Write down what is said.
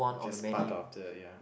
it's just part of the ya